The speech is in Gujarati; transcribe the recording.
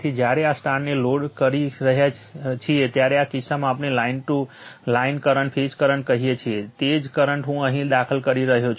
તેથી જ્યારે આ સ્ટારને લોડ કરી રહ્યા છીએ ત્યારે આ કિસ્સામાં આપણે લાઇન કરંટ ફેઝ કરંટ કહીએ છીએ તે જ કરંટ હું અહીં દાખલ કરી રહ્યો છું